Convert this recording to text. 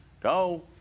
Go